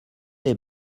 les